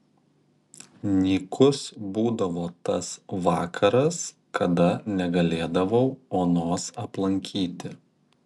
nykus būdavo tas vakaras kada negalėdavau onos aplankyti